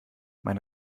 mein